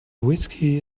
whiskey